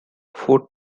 four